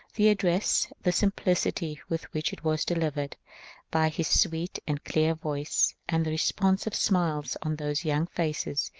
the address, the simplicity with which it was delivered by his sweet and clear voice, and the responsive smiles on those young faces,